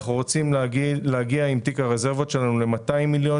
אנחנו רוצים להגיע עם תיק הרזרבות שלנו ל-200 מיליון